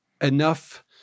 enough